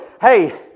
Hey